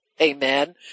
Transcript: Amen